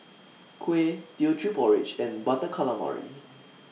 Kuih Teochew Porridge and Butter Calamari